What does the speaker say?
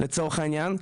לצורך העניין,